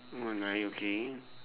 mm alright okay